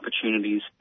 opportunities